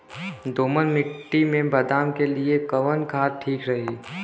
दोमट मिट्टी मे बादाम के लिए कवन खाद ठीक रही?